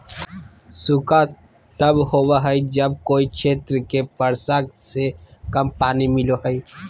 सूखा तब होबो हइ जब कोय क्षेत्र के वर्षा से कम पानी मिलो हइ